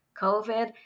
COVID